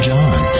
John